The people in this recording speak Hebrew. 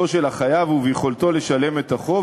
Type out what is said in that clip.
של החייב וביכולתו לשלם את החוב,